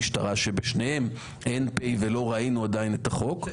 המשטרה שבשתיהן אין פ' ולא ראינו עדיין את החוק,